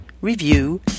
review